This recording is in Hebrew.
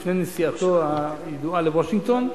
לפני נסיעתו הידועה לוושינגטון,